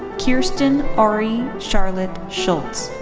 kirsten auray charlotte schulz.